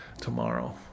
tomorrow